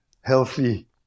healthy